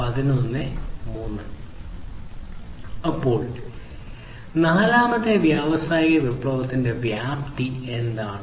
അപ്പോൾ നാലാമത്തെ വ്യാവസായിക വിപ്ലവത്തിന്റെ വ്യാപ്തി എന്താണ്